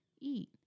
eat